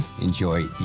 enjoy